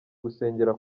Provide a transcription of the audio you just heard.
gusengera